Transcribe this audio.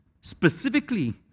specifically